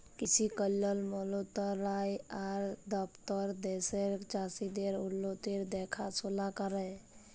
কিসি কল্যাল মলতরালায় আর দপ্তর দ্যাশের চাষীদের উল্লতির দেখাশোলা ক্যরে